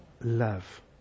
love